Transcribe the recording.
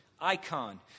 icon